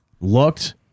looked